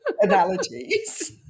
analogies